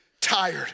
tired